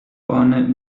قانع